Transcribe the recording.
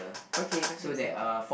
okay center